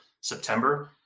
September